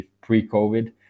pre-covid